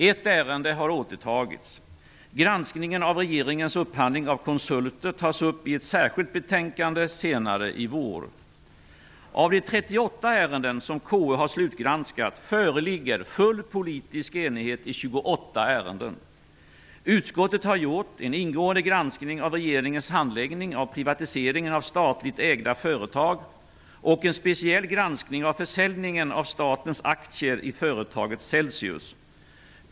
Ett ärende har återtagits. Granskningen av regeringens upphandling av konsulter tas upp i ett särskilt granskningsbetänkande senare i vår. Av de 38 ärenden som KU har slutgranskat föreligger full politisk enighet i 28 ärenden. Utskottet har gjort en ingående granskning av regeringens handläggning av privatiseringen av statligt ägda företag och en speciell granskning av försäljningen av statens aktier i företaget Celsius.